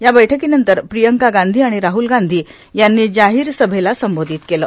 या बैठकीनंतर प्रियंका गांधी आणि राहुल गांधी यांनी जाहीर सभेला संबोधित केलं